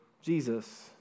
Jesus